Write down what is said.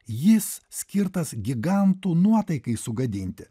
jis skirtas gigantų nuotaikai sugadinti